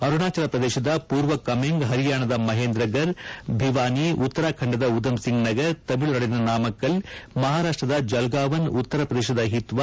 ಅರುಣಾಚಲ ಪ್ರದೇಶದ ಪೂರ್ವ ಕಮೆಂಗ್ ಹರಿಯಾಣದ ಮಹೇಂದ್ರ ಫರ್ ಬಿವಾನಿ ಉತ್ತರಾ ಖಂಡದ ಉದಮ್ಸಿಂಗ್ ನಗರ್ ತಮಿಳುನಾಡಿನ ನಾಮಕ್ಕಲ್ ಮಹಾರಾಷ್ವದ ಜಲ್ಗಾವನ್ ಉತ್ತರ ಪ್ರದೇಶದ ಹಿತ್ವಾ